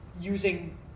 using